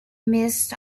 miss